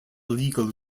legal